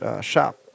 shop